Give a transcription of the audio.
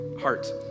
heart